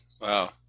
Wow